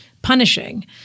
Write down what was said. punishing